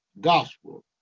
gospel